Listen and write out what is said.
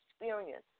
experience